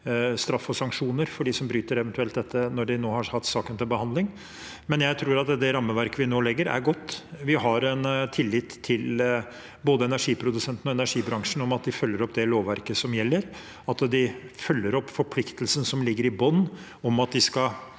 straff og sanksjoner for dem som eventuelt bryter dette, når de nå har hatt saken til behandling? Jeg tror at det rammeverket vi legger nå, er godt. Vi har tillit til at både energiprodusentene og energibransjen følger opp det lovverket som gjelder, og at de følger opp forpliktelsen som ligger i bunn, om at de skal